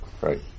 Right